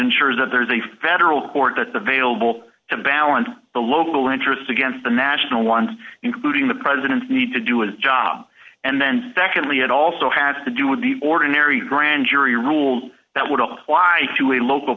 ensures that there is a federal court that the vailable to balance the local interest against the national ones including the president's need to do his job and then secondly it also has to do with the ordinary grand jury rules that would apply to a local